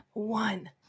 One